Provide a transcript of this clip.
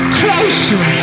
closer